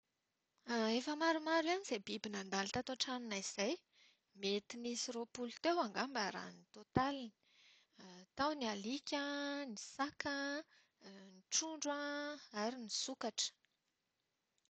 Efa maromaro ihany izay biby nandalo tato an-tranonay izay. Mety nisy roampolo teo angamba raha ny tontaliny. Tao ny alika, ny saka, ny trondro an, ary ny sokatra.